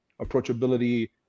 approachability